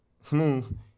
smooth